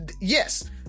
yes